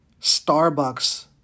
Starbucks